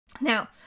Now